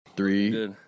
Three